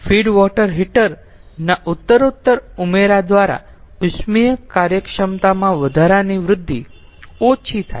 feed water heater ના ઉતરોત્તર ઉમેરા દ્વારા ઉષ્મીય કાર્યક્ષમતામાં વધારાની વૃદ્ધિ ઓછી થાય છે